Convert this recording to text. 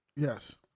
Yes